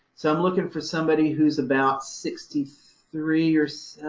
so i'm looking for somebody who's about sixty three or so,